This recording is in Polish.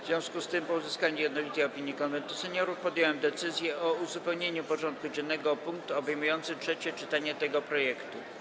W związku z tym, po uzyskaniu jednolitej opinii Konwentu Seniorów, podjąłem decyzję o uzupełnieniu porządku dziennego o punkt obejmujący trzecie czytanie tego projektu.